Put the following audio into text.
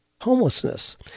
Homelessness